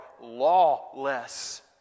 lawless